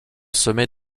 semer